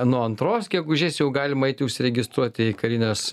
nuo antros gegužės jau galima eiti užsiregistruoti į karines